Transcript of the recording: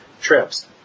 trips